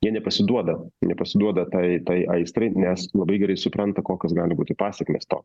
jie nepasiduoda nepasiduoda tai tai aistrai nes labai gerai supranta kokios gali būti pasekmės to